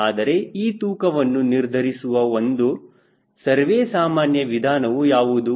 ಆದರೆ ಈ ತೂಕವನ್ನು ನಿರ್ಧರಿಸುವ ಒಂದು ಸರ್ವೇಸಾಮಾನ್ಯ ವಿಧಾನವು ಯಾವುದು